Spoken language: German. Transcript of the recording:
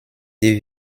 die